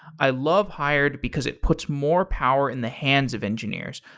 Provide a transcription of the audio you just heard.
i love hired because it puts more power in the hands of engineers.